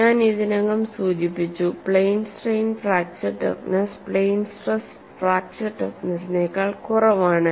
ഞാൻ ഇതിനകം സൂചിപ്പിച്ചു plane strain fracture toughness plane stress fracture ടഫ്നെസിനേക്കാൾ കുറവാണ്